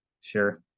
Sure